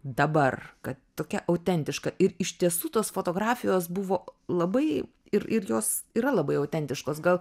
dabar kad tokia autentiška ir iš tiesų tos fotografijos buvo labai ir ir jos yra labai autentiškos gal